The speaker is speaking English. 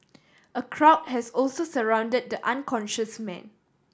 a crowd has also surround the unconscious man